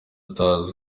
utazwi